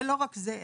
ולא רק זה,